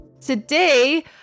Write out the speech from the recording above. Today